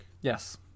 Yes